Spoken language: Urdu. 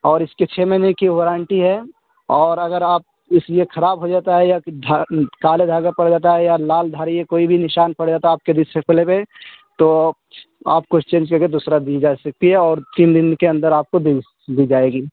اور اس کے چھ مہینے کی وارنٹی ہے اور اگر آپ اس لیے خراب ہو جاتا ہے یا کالے دھابے پڑ جاتا ہے یا لال دھاری کی کوئی بھی نشان پڑ جاتا ہے آپ کے ڈسپلے میں تو آپ کو چینج کر کے دوسرا دی جا سکتی ہے اور تین دن کے اندر آپ کو بھی دی جائے گی